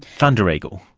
thunder eagle.